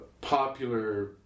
popular